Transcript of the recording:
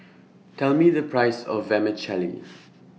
Tell Me The Price of Vermicelli